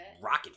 rocket